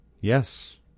yes